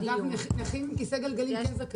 אגב, נכים על כיסא גלגלים כן זכאים.